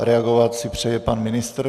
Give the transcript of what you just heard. Reagovat si přeje pan ministr.